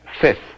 fifth